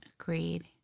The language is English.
Agreed